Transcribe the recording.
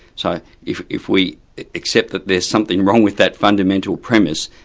so if if we accept that there's something wrong with that fundamental premise,